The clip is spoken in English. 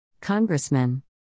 Congressman